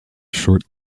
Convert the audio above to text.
short